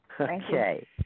Okay